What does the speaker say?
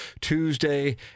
Tuesday